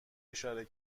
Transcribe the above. اشاره